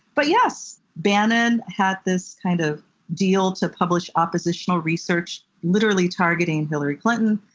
but yes. bannon had this kind of deal to publish oppositional research literally targeting hillary clinton,